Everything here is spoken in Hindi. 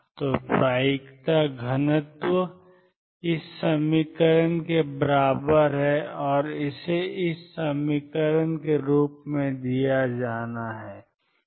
तो प्रायिकता घनत्व nrt2 है और इसेnr2 के रूप में दिया जाना है